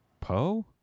Poe